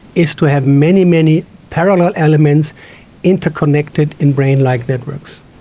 is to have many, many parallel elements interconnected in brain-like networks.